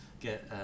get